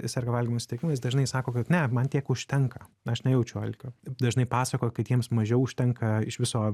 serga valgymo sutrikimais dažnai sako kad ne man tiek užtenka aš nejaučiu alkio dažnai pasakoja kad jiems mažiau užtenka iš viso